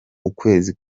ukwezi